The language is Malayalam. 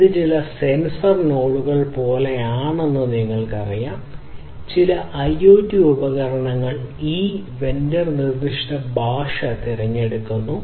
ഇത് ചില സെൻസർ നോഡുകൾ പോലെയാണെന്ന് നിങ്ങൾക്കറിയാം ചില IoT ഉപകരണങ്ങൾ ഒരു വെണ്ടർ നിർദ്ദിഷ്ട ഭാഷ തിരഞ്ഞെടുക്കുന്നു